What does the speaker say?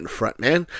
frontman